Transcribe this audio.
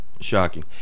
Shocking